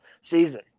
season